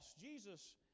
Jesus